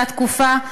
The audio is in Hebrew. באותה תקופה,